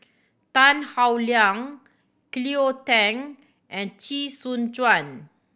Tan Howe Liang Cleo Thang and Chee Soon Juan